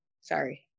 sorry